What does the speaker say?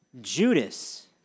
Judas